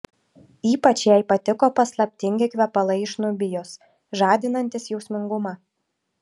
ypač jai patiko paslaptingi kvepalai iš nubijos žadinantys jausmingumą